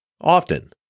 Often